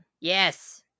Yes